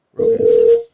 Okay